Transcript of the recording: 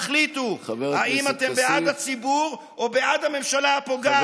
תחליטו: האם אתם בעד הציבור או בעד הממשלה הפוגעת בו.